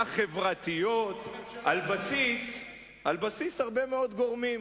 החברתיות, על בסיס הרבה מאוד גורמים.